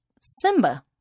Simba